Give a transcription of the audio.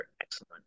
excellent